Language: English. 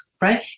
right